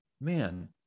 man